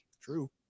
True